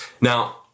Now